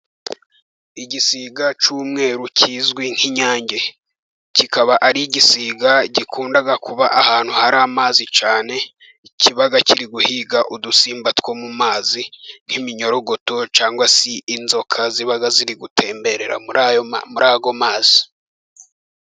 Igisiga cy'umweru kizwi nk'inyange, kikaba ari igisiga gikunda kuba ahantu hari amazi cyane, kiba kiri guhiga udusimba two mu mazi nk'iminyorogoto, cyangwa se inzoka ziba ziri gutemberera muri ayo mazi.